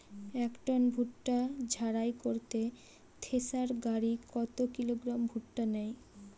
এক টন ভুট্টা ঝাড়াই করতে থেসার গাড়ী কত কিলোগ্রাম ভুট্টা নেয়?